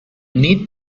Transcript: need